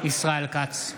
ישראל כץ,